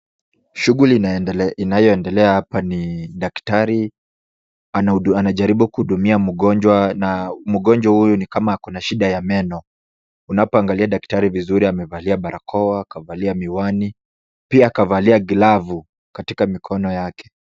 Shughuli inayoendelea hapa ni daktari anajaribu kuhudumia mgonjwa na mgonjwa huyu ni kama ako na shida ya meno. Unapoangalia daktari vizuri amevalia barakoa, akavalia miwani, pia akavalia glavu katika mikono yake.